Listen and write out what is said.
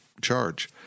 charge